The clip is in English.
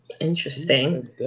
Interesting